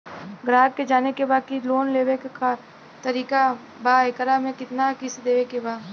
ग्राहक के जाने के बा की की लोन लेवे क का तरीका बा एकरा में कितना किस्त देवे के बा?